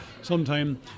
sometime